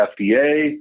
FDA